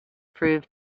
prove